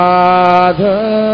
Father